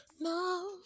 No